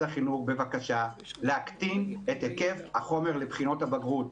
החינוך בבקשה להקטין את היקף החומר לבחינות הבגרות.